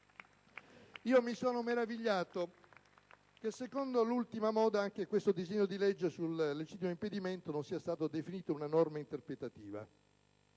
Mi sono meravigliato che, secondo l'ultima moda, anche questo disegno di legge sul legittimo impedimento non sia stato definito una norma interpretativa.